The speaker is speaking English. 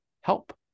help